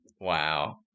Wow